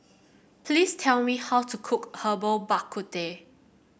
please tell me how to cook Herbal Bak Ku Teh